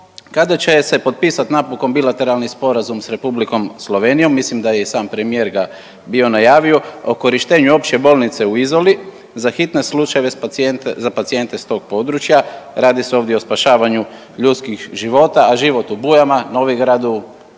kada će se potpisati napokon bilateralni sporazum sa Republikom Slovenijom. Mislim da je i sam premijer ga bio najavio o korištenju Opće bolnice u Izoli za hitne slučajeve za pacijente s tog područja. Radi se ovdje o spašavanju ljudskih života, a život u Bujama, Novigradu,